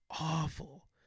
awful